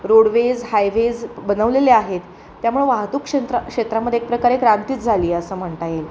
roadways highways बनवलेले आहेत त्यामुळे वाहतूक क्षेंत्रा क्षेत्रामध्ये एक प्रकारे क्रांतीच झाली असं म्हणता येईल